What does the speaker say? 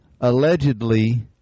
allegedly